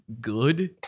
good